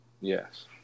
yes